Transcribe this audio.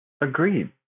Agreed